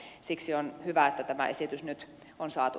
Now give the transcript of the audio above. siksi on hyvä että tämä esitys nyt on saatu